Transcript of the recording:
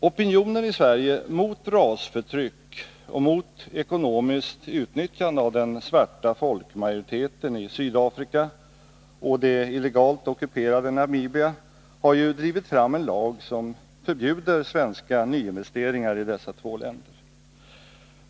Opinionen i Sverige mot rasförtryck och ekonomiskt utnyttjande av den svarta folkmajoriteten i Sydafrika och i det illegalt ockuperade Namibia har drivit fram en lag som förbjuder svenska nyinvesteringar i dessa två länder.